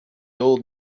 old